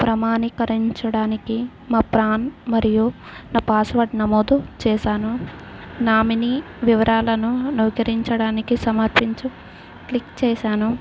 ప్రమాణీకరించడానికి మా ప్రాన్ మరియు నా పాస్వర్డ్ నమోదు చేశాను నామనీ వివరాలను నవీకరించడానికి సమర్పించి క్లిక్ చేశాను